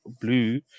blue